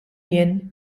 jien